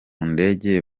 ndege